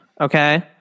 Okay